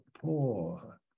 poor